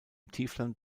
tiefland